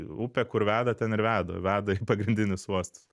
upė kur veda ten ir veda o veda į pagrindinius uostus